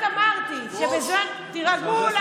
תירגעו.